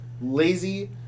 lazy